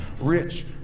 rich